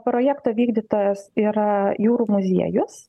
projekto vykdytojas yra jūrų muziejus